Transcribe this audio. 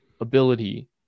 ability